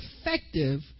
effective